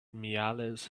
mihalis